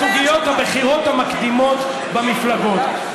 אל תכניס לבית הזה את סוגיות הבחירות המקדימות במפלגות,